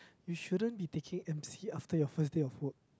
you shouldn't be taking M_C after your first day of work